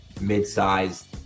mid-sized